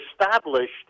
established